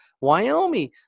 Wyoming